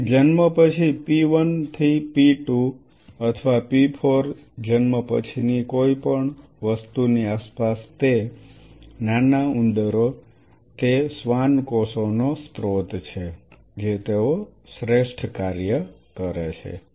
તેથી જન્મ પછી પી 1 થી પી 2 અથવા પી 4 જન્મ પછીની કોઈ વસ્તુની આસપાસ તે નાના ઉંદરો તે શ્વાન કોષોનો સ્રોત છે જે તેઓ શ્રેષ્ઠ કાર્ય કરે છે